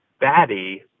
batty